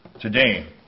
today